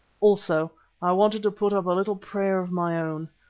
also i wanted to put up a little prayer of my own,